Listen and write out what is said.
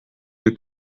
une